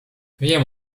wiem